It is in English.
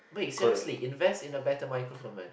wait seriously invest in a better microphone man